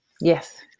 yes